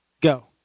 Go